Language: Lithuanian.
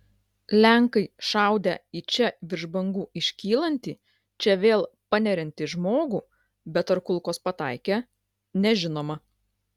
lenkai šaudę į čia virš bangų iškylantį čia vėl paneriantį žmogų bet ar kulkos pataikė nežinoma